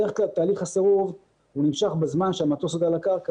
בדרך כלל תהליך הסירוב נמשך בזמן שהמטוס עוד על הקרקע